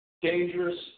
dangerous